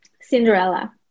Cinderella